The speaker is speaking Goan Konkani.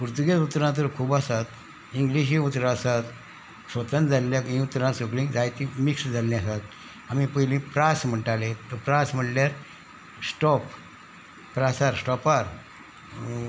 पुर्तुगीज उतरां तर खूब आसात इंग्लिशूय उतरां आसात स्वतंन जाल्ल्या हीं उतरां सगळीं जायतीं मिक्स जाल्लीं आसात आमी पयलीं प्रास म्हणटाले प्रास म्हणल्यार स्टॉप प्रासार स्टॉपार